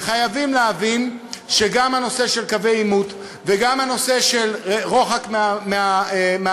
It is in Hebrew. וחייבים להבין שגם הנושא של קווי עימות וגם הנושא של מרחק מהמרכז